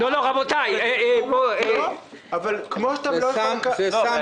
זה סם כמו כל סם.